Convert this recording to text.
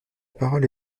parole